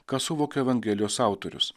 ką suvokė evangelijos autorius